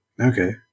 okay